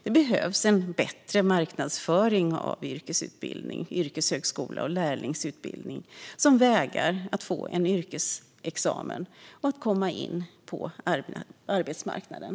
Det behövs en bättre marknadsföring av yrkesutbildning, yrkeshögskola och lärlingsutbildning som vägar att få en yrkesexamen och komma in på arbetsmarknaden.